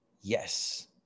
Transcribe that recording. yes